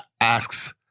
asks